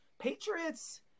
Patriots